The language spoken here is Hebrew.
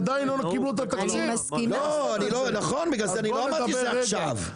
אני לא אמרתי שזה יהיה עכשיו.